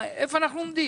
לא שחררו מלאים?